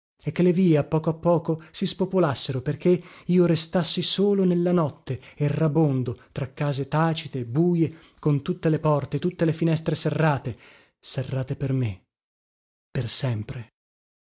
vie a poco a poco si spopolassero perché io restassi solo nella notte errabondo tra case tacite buje con tutte le porte tutte le finestre serrate serrate per me per sempre